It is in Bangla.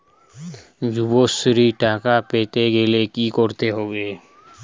যুবশ্রীর টাকা পেতে গেলে কি করতে হবে?